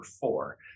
four